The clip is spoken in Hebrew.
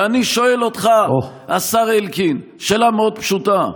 ואני שואל אותך, השר אלקין, שאלה מאוד פשוטה: